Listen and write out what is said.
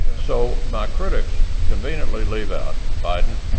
so my critics conveniently leave out biden,